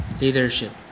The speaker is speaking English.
leadership